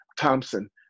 Thompson